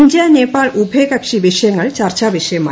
India Nepal ഉഭയകക്ഷി വിഷയങ്ങൾ ചർച്ചാ വിഷയമായി